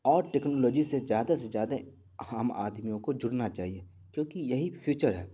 اور ٹکنالوجی سے زیادہ سے زیادہ ہم آدمیوں کو جڑنا چاہیے کیونکہ یہی فیوچر ہے